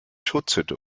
schutzhütte